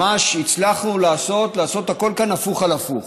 ממש הצלחנו לעשות הכול כאן הפוך על הפוך.